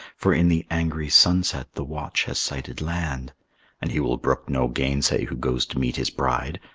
for in the angry sunset the watch has sighted land and he will brook no gainsay who goes to meet his bride.